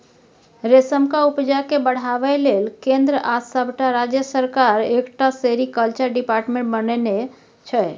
रेशमक उपजा केँ बढ़ाबै लेल केंद्र आ सबटा राज्य सरकार एकटा सेरीकल्चर डिपार्टमेंट बनेने छै